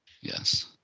Yes